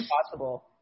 impossible